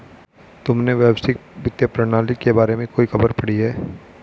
तुमने वैश्विक वित्तीय प्रणाली के बारे में कोई खबर पढ़ी है?